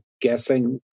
guessing